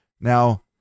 Now